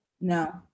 no